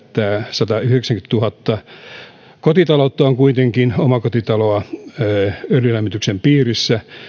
satayhdeksänkymmentätuhatta omakotitaloa on kuitenkin öljylämmityksen piirissä